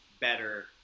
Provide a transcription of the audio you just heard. better